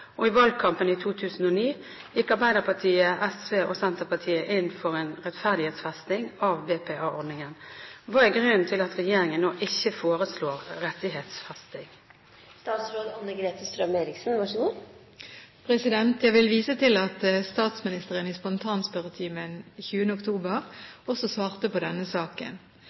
og i valgkampen i 2009 gikk regjeringspartiene inn for en rettighetsfesting av BPA-ordningen. Hva er grunnen til at regjeringen nå ikke foreslår rettighetsfesting?» Jeg vil vise til at statsministeren i spontanspørretimen 20. oktober også svarte på denne saken.